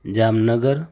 Jamnagar